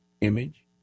image